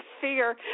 fear